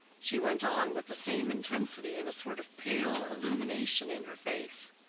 she went on with the same intensity and a sort of pale illumination in her face.